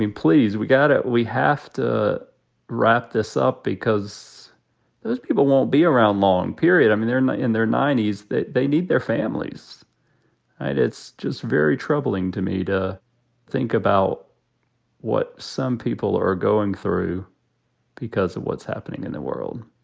please, we got gotta. we have to wrap this up because those people won't be around long period i mean, they're in in their ninety s that they need their families and it's just very troubling to me to think about what some people are going through because of what's happening in the world